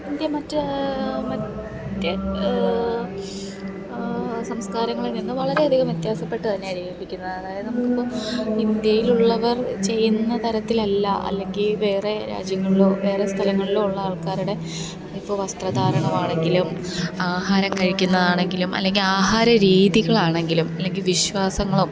India മറ്റ് മറ്റ് സംസ്കാരങ്ങളിൽ നിന്ന് വളരെ അധികം വ്യത്യാസപ്പെട്ട് തന്നെയായിരിക്കും ഇരിക്കുന്നത് അതായത് നമുക്കിപ്പോൾ ഇന്ത്യയിലുള്ളവർ ചെയ്യുന്ന തരത്തിലല്ല അല്ലെങ്കിൽ വേറെ രാജ്യങ്ങൾലോ വേറെ സ്ഥലങ്ങളിലോ ഉള്ള ആൾക്കാരുടെ ഇപ്പോൾ വസ്ത്ര ധാരണം ആണെങ്കിലും ആഹാരം കഴിക്കുന്നത് ആണെങ്കിലും അല്ലെങ്കിൽ ആഹാര രീതികളാണെങ്കിലും അല്ലെങ്കിൽ വിശ്വാസങ്ങളും